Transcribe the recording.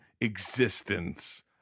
existence